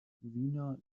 wiener